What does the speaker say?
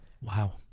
Wow